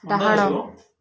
ଡାହାଣ